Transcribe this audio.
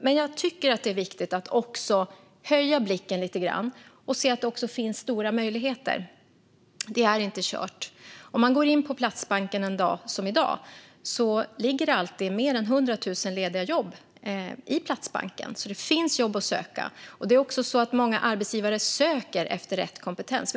Men det är viktigt att också höja blicken lite och se att det finns stora möjligheter. Det är inte kört. I Platsbanken ligger det i dag mer än 100 000 lediga jobb, så det finns jobb att söka. Många arbetsgivare söker rätt kompetens.